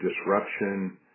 disruption